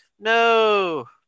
No